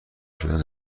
شدن